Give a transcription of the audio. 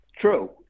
true